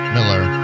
Miller